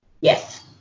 yes